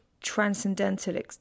transcendental